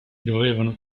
dovevano